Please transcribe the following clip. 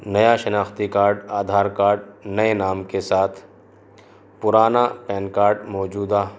نیا شناختی card Aadhaar card نئے نام کے ساتھ پرانا پین کارڈ موجودہ